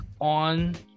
on